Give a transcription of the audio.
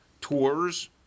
tours